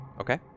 Okay